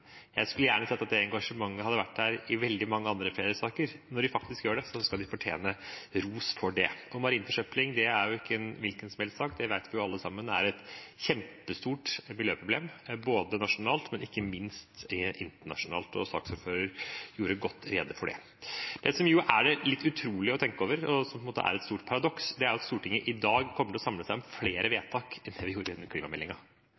Jeg skulle gjerne sett at det engasjementet hadde vært der i veldig mange andre saker, men når det faktisk er der, fortjener de ros for det. Marin forsøpling er ikke en hvilken som helst sak. Alle sammen vet at det er et kjempestort miljøproblem, både nasjonalt og ikke minst internasjonalt. Saksordføreren gjorde godt rede for det. Det som er litt utrolig å tenke på, og som er et stort paradoks, er at Stortinget i dag kommer til å samle seg om flere